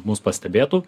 mus pastebėtų